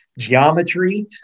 geometry